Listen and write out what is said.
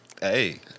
Hey